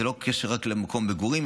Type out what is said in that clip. זה לא קשור רק למקום מגורים,